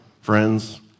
Friends